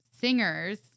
singers